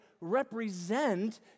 represent